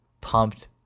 Pumped